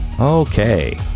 Okay